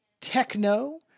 techno